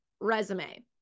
resume